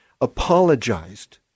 apologized